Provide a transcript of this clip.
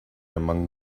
among